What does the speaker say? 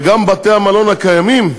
וגם בתי-המלון הקיימים,